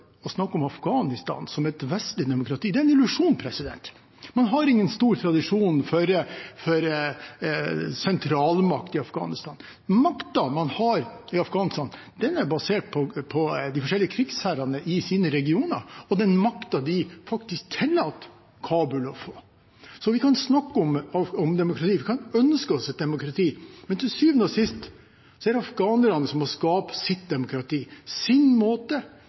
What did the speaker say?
om Afghanistan som et vestlig demokrati er en illusjon. Man har ingen stor tradisjon for sentralmakt i Afghanistan. Makten man har i Afghanistan, er basert på de forskjellige krigsherrene i deres regioner og den makten de faktisk tillater Kabul å få. Vi kan snakke om demokrati, vi kan ønske oss demokrati, men til syvende og sist er det afghanerne selv som må skape sitt demokrati, sin måte,